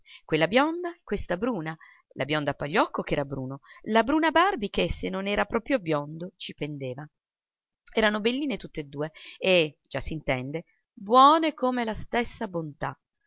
quella bionda e questa bruna la bionda a pagliocco ch'era bruno la bruna a barbi che se non era proprio biondo ci pendeva erano belline tutt'e due e già s'intende buone come la stessa bontà